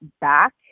back